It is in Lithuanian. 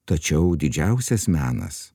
tačiau didžiausias menas